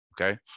okay